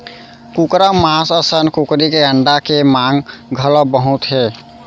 कुकरा मांस असन कुकरी के अंडा के मांग घलौ बहुत हे